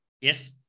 Yes